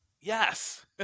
yes